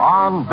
on